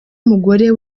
umugore